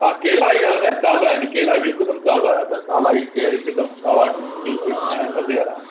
हा केला इहा आहिनि ताज़ा आहिनि केला बिल्कुलु ताज़ा आया अथव हिकदमि सावा बिल्कुलु खाइणु मज़े वारा